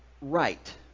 right